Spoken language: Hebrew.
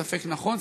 ספק נכון,